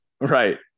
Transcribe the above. right